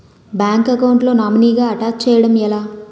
Bank account లో నామినీగా attach చేయడం ఎలా?